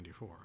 1994